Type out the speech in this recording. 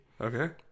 Okay